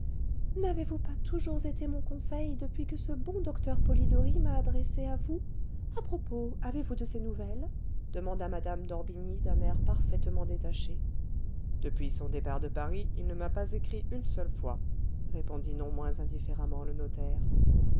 n'avez-vous pas toujours été mon conseil depuis que ce bon docteur polidori m'a adressée à vous à propos avez-vous de ses nouvelles demanda mme d'orbigny d'un air parfaitement détaché depuis son départ de paris il ne m'a pas écrit une seule fois répondit non moins indifféremment le notaire